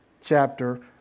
Chapter